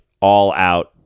all-out